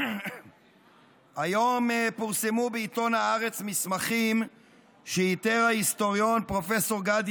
היום פורסמו בעיתון הארץ מסמכים שאיתר ההיסטוריון פרופ' גדי